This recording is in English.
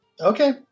Okay